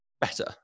better